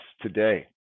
today